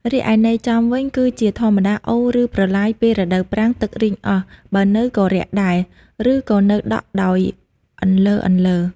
រីឯន័យចំ វិញគឺជាធម្មតាអូរ ឬ ប្រឡាយ ពេលរដូវប្រាំង ទឹករីងអស់ បើនៅក៏រាក់ដែរ ឬក៏នៅដក់ដោយអន្លើៗ ។